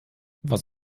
was